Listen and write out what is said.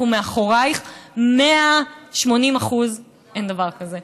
אנחנו מאחוריך 180% אין דבר כזה,